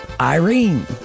Irene